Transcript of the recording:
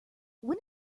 when